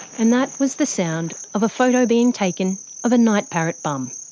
and that, was the sound of a photo being taken of a night parrot bum.